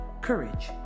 courage